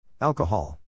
Alcohol